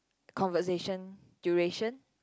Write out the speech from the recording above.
conversation duration